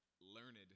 learned